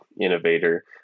innovator